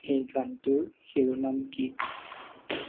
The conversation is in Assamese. এই গানটোৰ শিৰোনাম কি